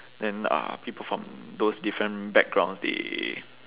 then uh people from those different backgrounds they